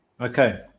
Okay